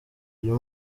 uyu